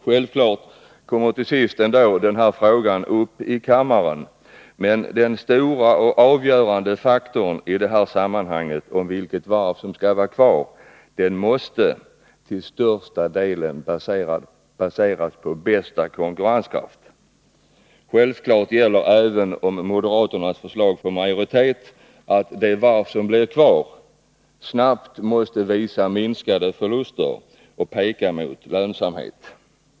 Självfallet kommer denna fråga till sist upp i kammaren, men den stora och avgörande faktorn i fråga om vilket varv som skall vara kvar måste tillstörsta delen baseras på bästa konkurrenskraft. Om moderaternas förslag får majoritet gäller självfallet också att det varv som blir kvar snabbt måste visa minskade förluster och peka mot lönsamhet.